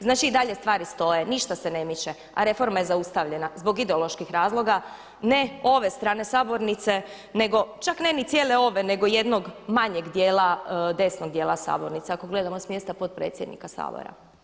Znači i dalje stvari stoje, ništa se ne miče, a reforma je zaustavljena zbog ideoloških razloga ne ove strane sabornice, nego čak ne ni cijele ove, nego jednog manjeg dijela desnog dijela sabornice ako gledamo s mjesta potpredsjednika Sabora.